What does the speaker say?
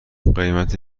قیمت